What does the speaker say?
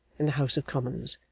in the house of commons.